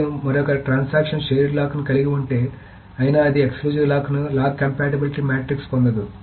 మరియు మరొక లావాదేవీ షేర్డ్ లాక్ను కలిగి ఉంటే అయిన అది ఎక్సక్లూజివ్ లాక్ను లాక్ కంపాటిబిలిటీ మాట్రిక్స్ పొందదు